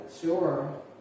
sure